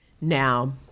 Now